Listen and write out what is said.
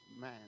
man